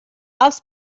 als